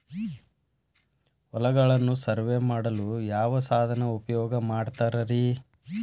ಹೊಲಗಳನ್ನು ಸರ್ವೇ ಮಾಡಲು ಯಾವ ಸಾಧನ ಉಪಯೋಗ ಮಾಡ್ತಾರ ರಿ?